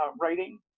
writing